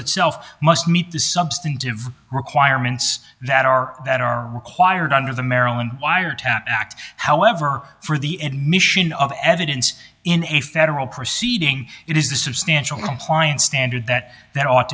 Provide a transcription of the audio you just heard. itself must meet the substantive requirements that are that are required under the maryland wiretap act however for the admission of evidence in a federal proceeding it is the substantial compliance standard that there ought